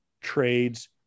trades